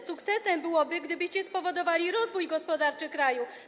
Sukcesem byłoby, gdybyście spowodowali rozwój gospodarczy kraju.